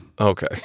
Okay